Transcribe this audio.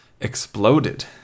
exploded